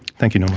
thank you know